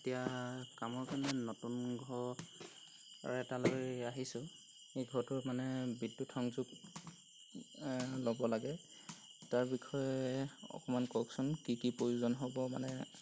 এতিয়া কামৰ কাৰণে নতুন ঘৰ এটালৈ আহিছোঁ সেই ঘৰটোৰ মানে বিদ্যুৎ সংযোগ ল'ব লাগে তাৰ বিষয়ে অকমান কওকচোন কি কি প্ৰয়োজন হ'ব মানে